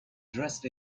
dressed